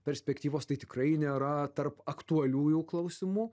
perspektyvos tai tikrai nėra tarp aktualiųjų klausimų